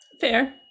fair